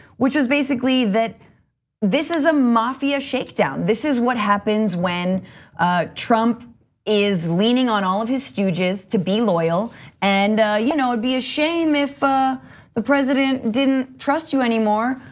which is basically that this is a mafia shakedown. this is what happens when trump is leaning on all of his stooges to be loyal and it you know would be a shame if ah the president didn't trust you anymore.